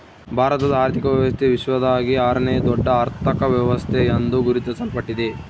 ಭಾರತದ ಆರ್ಥಿಕ ವ್ಯವಸ್ಥೆ ವಿಶ್ವದಾಗೇ ಆರನೇಯಾ ದೊಡ್ಡ ಅರ್ಥಕ ವ್ಯವಸ್ಥೆ ಎಂದು ಗುರುತಿಸಲ್ಪಟ್ಟಿದೆ